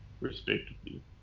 respectively